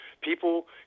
people